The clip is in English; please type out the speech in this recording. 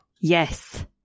Yes